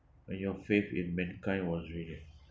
when your faith in mankind was renewed